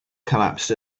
collapsed